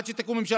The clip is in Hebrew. עד שתקום ממשלה,